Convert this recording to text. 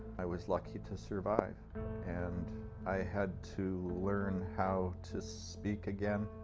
i was lucky to survive and i had to learn how to speak again,